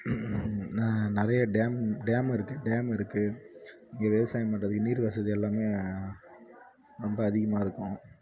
ந நிறைய dam dam இருக்குது டேம் இருக்குது இங்கே விவசாயம் பண்றது நீர் வசதி எல்லாமே ரொம்ப அதிகமாக அதிகமாக இருக்கும்